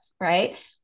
right